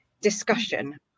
discussion